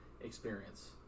experience